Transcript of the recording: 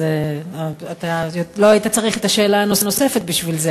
אז לא היית צריך את השאלה הנוספת בשביל זה,